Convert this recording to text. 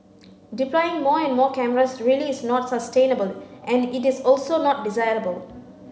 deploying more and more cameras really is not sustainable and it is also not desirable